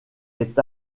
est